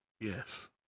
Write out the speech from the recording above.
yes